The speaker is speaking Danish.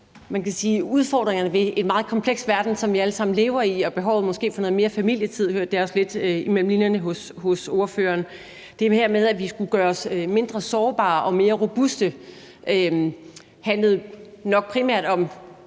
Man kan sige, at det er udfordringerne ved en meget kompleks verden, som vi alle sammen lever i, og måske også behovet for noget mere familietid, som jeg hørte lidt imellem linjerne hos ordføreren. Det her med, at vi skulle gøre os mindre sårbare og mere robuste handlede nok primært om